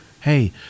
Hey